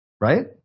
right